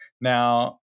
Now